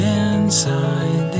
inside